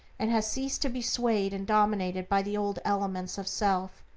and has ceased to be swayed and dominated by the old elements of self.